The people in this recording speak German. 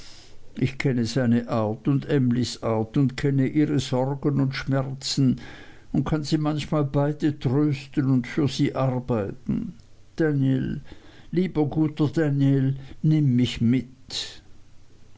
ich kenne seine art und emlys art und kenne ihre sorgen und schmerzen und kann sie manchmal beide trösten und für sie arbeiten danl lieber guter danl nimm mich mit